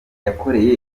yakoreye